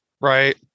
Right